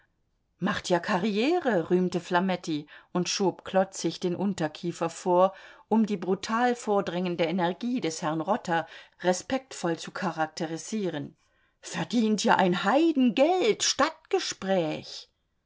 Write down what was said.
macht ja karriere rühmte flametti und schob klotzig den unterkiefer vor um die brutal vordrängende energie des herrn rotter respektvoll zu charakterisieren verdient ja ein heidengeld stadtgespräch